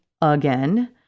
again